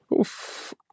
Oof